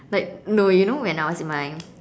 like no you know when I was in my